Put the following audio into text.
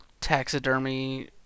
taxidermy